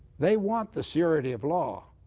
they want the surety of law.